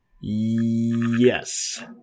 Yes